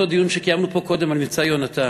אותו דיון שקיימנו פה קודם על "מבצע יונתן"